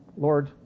Lord